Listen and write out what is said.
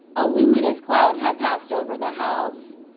a luminous cloud had passed over the house.